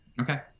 Okay